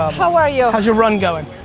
how are you? how's your run going?